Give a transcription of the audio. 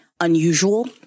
unusual